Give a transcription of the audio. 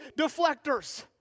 deflectors